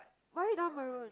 why you don't want Maroon